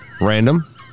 Random